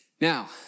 Now